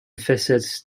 visit